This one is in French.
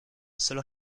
seul